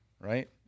right